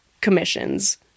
commissions